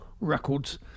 Records